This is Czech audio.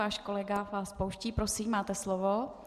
Váš kolega vás pouští, prosím, máte slovo.